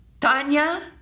Tanya